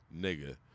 Nigga